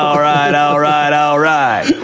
all right, all right, all right.